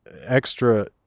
extra